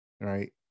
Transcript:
right